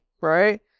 right